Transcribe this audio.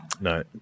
No